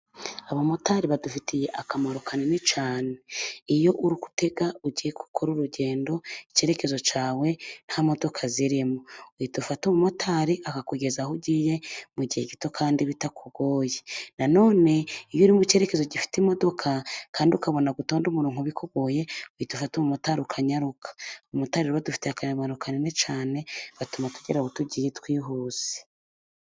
Abamotari badufitiye akamaro kanini cyane ,iyo uri gutega ugiye gukora urugendo ,icyerekezo cyawe nta modoka zirimo ,uhita ufatate umumotari akakugeza aho ugiye mu gihe gito kandi bitakugoye, na nonene iyo uri mu cyerekezo gifite imodoka kandi ukabona gutonda umurongo bikugoye ,uhita ufata umumotari ukanyaruka. Abamotari badufitiye akamaro kanini cyane, batuma tugera aho tugiye twihuse.